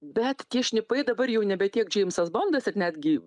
bet tie šnipai dabar jau nebe tiek džeimsas bondas ir netgi